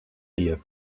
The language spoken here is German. dir